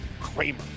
Kramer